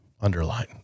underline